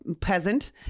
peasant